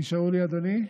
נשארו לי, אדוני?